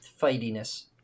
fightiness